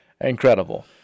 Incredible